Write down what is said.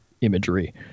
imagery